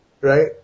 Right